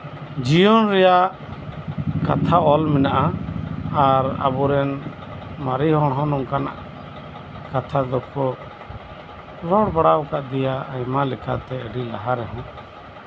ᱡᱤᱭᱚᱱ ᱨᱮᱱᱟᱜ ᱠᱟᱛᱷᱟ ᱚᱞ ᱢᱮᱱᱟᱜᱼᱟ ᱟᱨ ᱟᱵᱚᱨᱮᱱ ᱢᱟᱨᱮ ᱦᱚᱲ ᱦᱚᱸ ᱱᱚᱝᱠᱟᱱᱟᱜ ᱠᱟᱛᱷᱟ ᱫᱚᱠᱚ ᱨᱚᱲ ᱵᱟᱲᱟ ᱟᱠᱟᱫ ᱜᱮᱭᱟ ᱟᱹᱰᱤ ᱞᱟᱦᱟ ᱨᱮᱦᱚᱸ